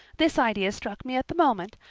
this idea struck me at the moment,